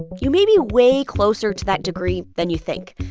you may be way closer to that degree than you think.